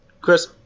Chris